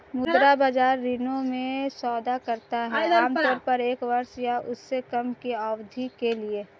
मुद्रा बाजार ऋणों में सौदा करता है आमतौर पर एक वर्ष या उससे कम की अवधि के लिए